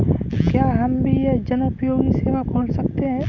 क्या हम भी जनोपयोगी सेवा खोल सकते हैं?